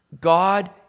God